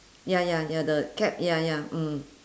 ya ya ya the cap ya ya mm